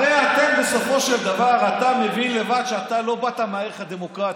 הרי בסופו של דבר אתה מבין לבד שאתה לא באת מהערך הדמוקרטי.